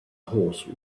horse